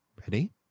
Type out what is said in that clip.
Ready